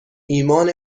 ایمان